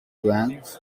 vans